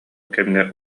кэмҥэ